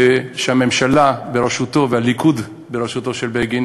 ובשביל הממשלה בראשותו והליכוד בראשותו של בגין